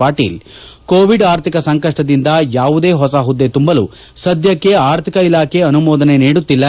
Patil covid ಆರ್ಥಿಕ ಸಂಕಷ್ನದಿಂದ ಯಾವುದೇ ಹೊಸ ಹುದ್ದೆ ತುಂಬಲು ಸದ್ದಕ್ಷೆ ಆರ್ಥಿಕ ಇಲಾಖೆ ಅನುಮೋದನೆ ನೀಡುತ್ತಿಲ್ಲ